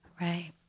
right